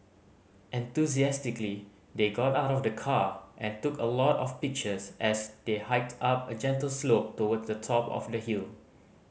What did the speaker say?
enthusiastically they got out of the car and took a lot of pictures as they hiked up a gentle slope towards the top of the hill